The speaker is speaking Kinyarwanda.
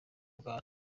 bwa